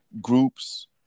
groups